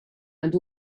and